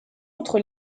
outre